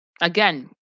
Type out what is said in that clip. again